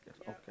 Okay